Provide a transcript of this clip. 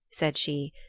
said she,